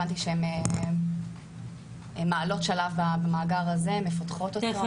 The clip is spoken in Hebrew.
הבנתי שהן מעלות שלב במאגר הזה, מפתחות אותו.